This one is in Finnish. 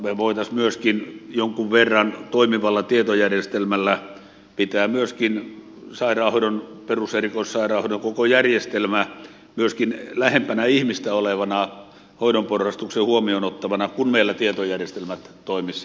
me voisimme myöskin jonkun verran toimivalla tietojärjestelmällä pitää myöskin sairaanhoidon perus ja erikoissairaanhoidon koko järjestelmä myöskin lähempänä ihmistä olevana hoidon porrastuksen huomioon ottavana kun meillä tietojärjestelmät toimisivat joustavasti